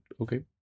Okay